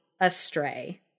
astray